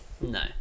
no